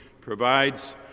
provides